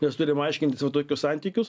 nes turim aiškintis va tokius santykius